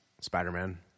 Spider-Man